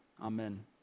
amen